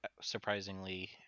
surprisingly